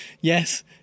Yes